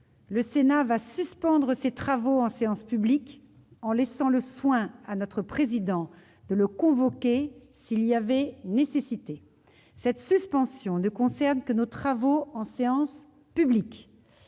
le Sénat va suspendre ses travaux en séance publique, en laissant le soin à notre président de le convoquer s'il y avait nécessité. Cette suspension ne concerne que nos travaux en séance publique.